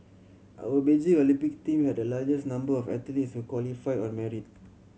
our Beijing Olympic team had the largest number of athletes qualified on merit